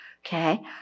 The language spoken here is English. Okay